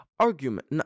argument